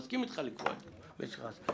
אני מסכים אתך לקבוע את משך הנסיעה.